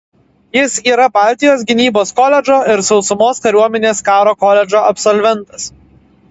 jis yra baltijos gynybos koledžo ir sausumos kariuomenės karo koledžo absolventas